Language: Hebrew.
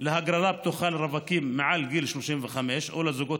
פתוחה לרווקים מעל גיל 35 או לזוגות